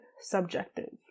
subjective